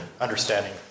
understanding